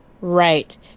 Right